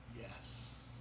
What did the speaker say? yes